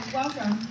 Welcome